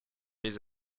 les